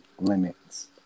limits